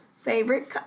favorite